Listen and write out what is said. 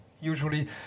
Usually